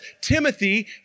Timothy